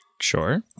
Sure